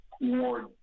more